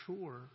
sure